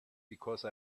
because